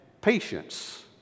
patience